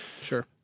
sure